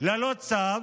ללא צו,